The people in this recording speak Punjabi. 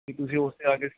ਅਤੇ ਤੁਸੀਂ ਉਸ 'ਤੇ ਆਕੇ